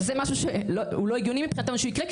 זה משהו שהוא לא הגיוני מבחינתנו שיקרה כי